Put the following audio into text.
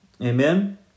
Amen